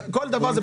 כל דבר.